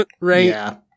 right